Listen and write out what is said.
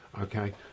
okay